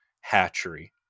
hatchery